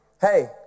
Hey